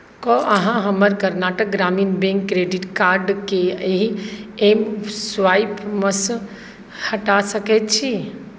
कि अहाँ हमर कर्नाटक ग्रामीण बैंक क्रेडिट कार्डकेँ एहि एम स्वाइपमेसँ हटा सकैत छी